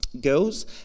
girls